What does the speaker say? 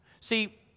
See